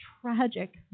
tragic